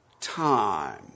time